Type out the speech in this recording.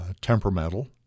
temperamental